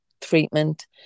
treatment